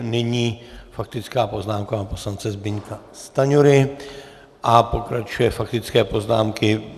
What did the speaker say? Nyní faktická poznámka pana poslance Zbyňka Stanjury a pokračují faktické poznámky.